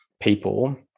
people